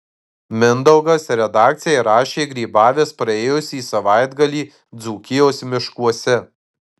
mindaugas redakcijai rašė grybavęs praėjusį savaitgalį dzūkijos miškuose